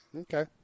Okay